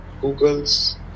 Google's